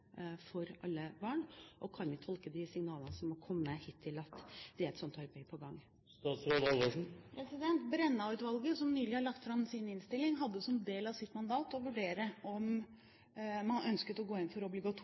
for alle barn? Og kan vi tolke de signalene som har kommet hittil, som at et slikt arbeid er på gang? Brenna-utvalget, som nylig har lagt fram sin innstilling, hadde som del av sitt mandat å vurdere om man ønsket å gå inn for